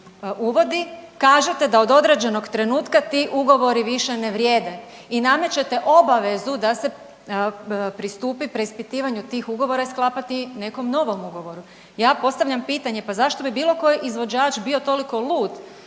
uvodi kažete da od određenog trenutka ti ugovori više ne vrijede i namećete obavezu da se pristupi preispitivanju tih ugovora i sklapati nekom novom ugovoru. Ja postavljam pitanje, pa zašto bi bilo koji izvođač bio toliko lud